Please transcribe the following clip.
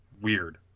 weird